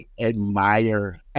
admire